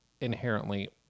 inherently